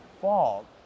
fault